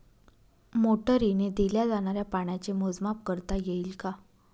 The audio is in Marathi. मोटरीने दिल्या जाणाऱ्या पाण्याचे मोजमाप करता येईल का?